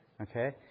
Okay